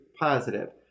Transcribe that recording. positive